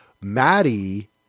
maddie